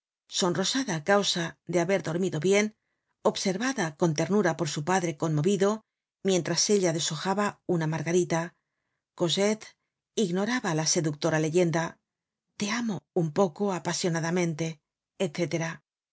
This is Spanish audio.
sonrosada á causa de haber dormido bien observada con ternura por su padre conmovido mientras ella deshojaba una margarita cosette ignoraba la seductora leyenda teamo un poco apasionadamente